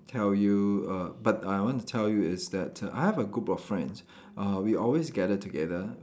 tell you err but I want to tell you is that I have a group of friends uh we always gather together